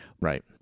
Right